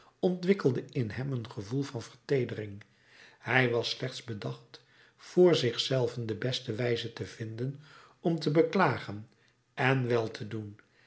ontwikkelde in hem een gevoel van verteedering hij was slechts bedacht voor zich zelven de beste wijze te vinden om te beklagen en wel te doen